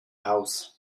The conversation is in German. haus